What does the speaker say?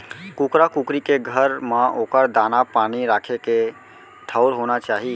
कुकरा कुकरी के घर म ओकर दाना, पानी राखे के ठउर होना चाही